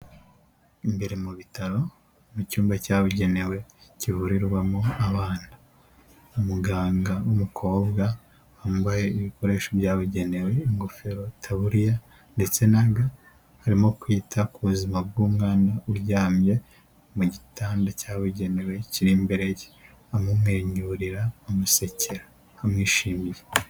Imbere mu bitaro mu cyumba cyabugenewe kiburirwamo abana umuganga n'umukobwa wambaye ibikoresho byabugenewe ingofero itaburiya ndetse na ga arimo kwita ku buzima bw'umwana uryamye mu gitanda cyabugenewe kiri imbere ye amumwenyurira amusekera amwishimiye.